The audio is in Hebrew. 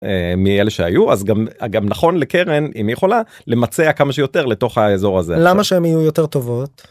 מאלה שהיו אז גם גם נכון לקרן אם היא יכולה למצע כמה שיותר לתוך האזור הזה, למה שהם יהיו יותר טובות?